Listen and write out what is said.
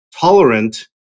tolerant